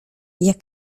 jak